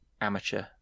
Amateur